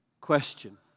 question